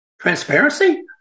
Transparency